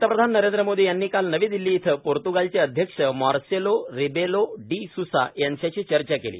पंतप्रधान नरेंद्र मोदी यांनी काल नवी दिल्ली इथं पोर्त्गालचे अध्यक्ष मार्सेलो रिबेलो डी सुसा यांच्याशी चर्चा केली